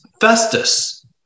Festus